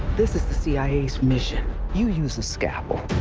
this is the cia's mission. you use a scalpel.